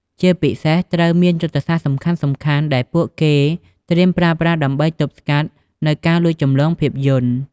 ជាពិសេសត្រូវមានយុទ្ធសាស្ត្រសំខាន់ៗដែលពួកគេត្រៀមប្រើប្រាស់ដើម្បីទប់ស្កាត់នូវការលួចចម្លងភាពយន្ត។